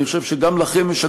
אני חושב שגם לכם יש,